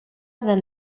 than